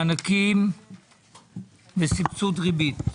מענקים לסבסוד ריבית.